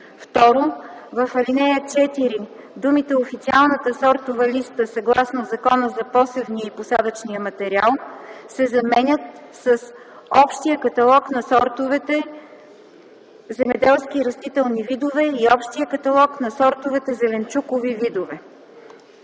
2. В ал. 4 думите „Официалната сортова листа съгласно Закона за посевния и посадъчен материал” се заменят с „Общия каталог на сортовете земеделски растителни видове и Общия каталог на сортовете зеленчукови видове”.”